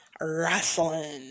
wrestling